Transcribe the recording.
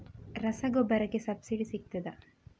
ರಸಗೊಬ್ಬರಕ್ಕೆ ಸಬ್ಸಿಡಿ ಸಿಗ್ತದಾ?